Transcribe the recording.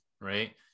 right